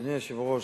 אדוני היושב-ראש,